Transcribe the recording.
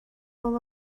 all